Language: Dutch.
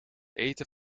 eten